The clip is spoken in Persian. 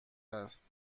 است